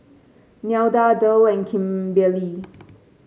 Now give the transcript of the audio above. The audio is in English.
Nelda Derl and Kimberely